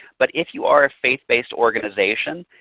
but if you are a faith-based organization,